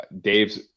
Dave's